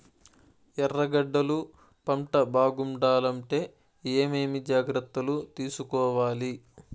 ఎర్రగడ్డలు పంట బాగుండాలంటే ఏమేమి జాగ్రత్తలు తీసుకొవాలి?